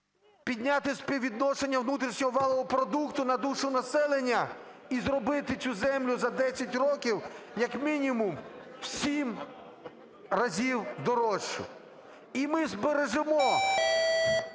підняти співвідношення внутрішнього валового продукту на душу населення і зробити цю землю за 10 років як мінімум в 7 разів дорожчу. І ми збережемо